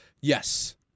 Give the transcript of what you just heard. Yes